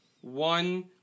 one